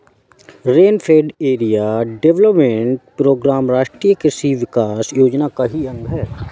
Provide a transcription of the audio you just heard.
rainfed area development programme राष्ट्रीय कृषि विकास योजना का अंग ही है